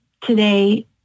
today